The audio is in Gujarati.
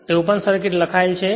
તે ઓપન સર્કિટ લખાયેલ છે